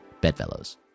bedfellows